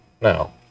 No